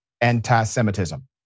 anti-Semitism